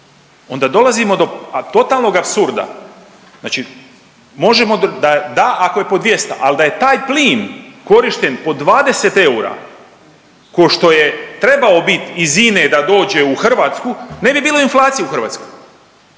onda dolazimo do totalnog apsurda. Da, ako je po 200, ali da je taj plin korišten po 20 eura ko što je trebao bit iz INA-e da dođe u Hrvatsku ne bi bilo inflacije u Hrvatskoj,